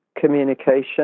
communication